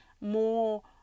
more